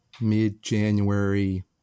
mid-January